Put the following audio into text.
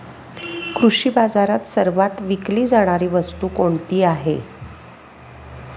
कृषी बाजारात सर्वात विकली जाणारी वस्तू कोणती आहे?